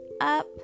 up